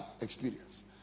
experience